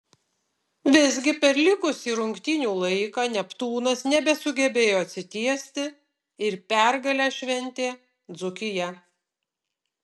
visgi per likusį rungtynių laiką neptūnas nebesugebėjo atsitiesti ir pergalę šventė dzūkija